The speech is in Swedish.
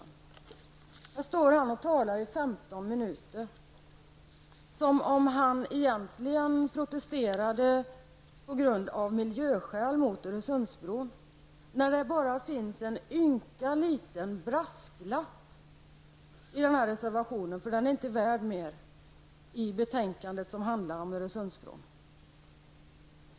Men här står Anders Castberger och talar i 15 minuter som om han egentligen av miljöskäl protesterade mot Öresundsbron när det bara finns en ynka liten brasklapp -- reservationen är inte värd att kallas mer -- i betänkandet som handlar om Öresundsbron.